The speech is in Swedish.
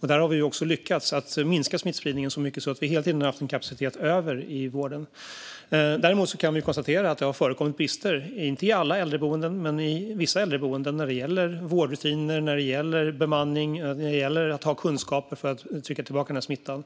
Vi har också lyckats minska smittspridningen så mycket att vi hela tiden haft kapacitet över i vården. Däremot kan vi konstatera att det har förekommit brister på äldreboenden, inte på alla men på vissa, när det gäller vårdrutiner, bemanning och kunskaper för att trycka tillbaka smittan.